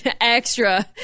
extra